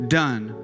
done